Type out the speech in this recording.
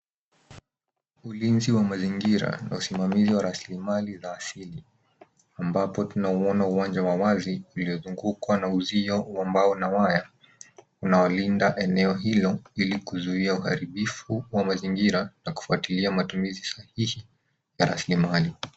Ulinzi wa mazingira na usimamizi wa rasilimali za asili, ambapo tunauona uwanja wa wazi, uliyozungukwa na uzio wa mbao na waya ,unaolinda eneo hilo, ili kuzuia uharibifu wa mazingira na kufuatilia matumizi sahihi ya rasilimali.